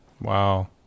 Wow